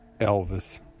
Elvis